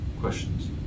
questions